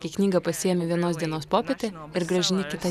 kai knygą pasiimi vienos dienos popietę ir grąžini kitą